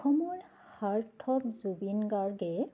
অসমৰ heartthrob Zubeen গাৰ্গে